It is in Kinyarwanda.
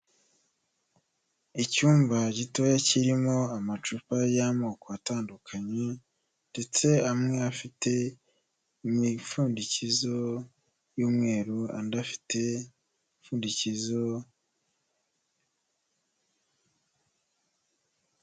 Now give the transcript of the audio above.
Icyumba gitoya kirimo amacupa y'amoko atandukanye ndetse amwe afite imipfundikizo y'umweru andi afite imipfundikizo.